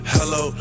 Hello